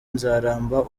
nzaramba